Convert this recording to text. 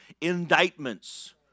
indictments